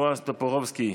בועז טופורובסקי,